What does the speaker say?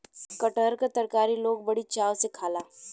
कटहर क तरकारी लोग बड़ी चाव से खाला